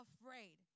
afraid